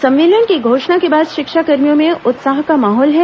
संविलियन की घोषणा के बाद शिक्षाकर्मियों में उत्साह का माहौल है